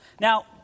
Now